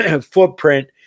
footprint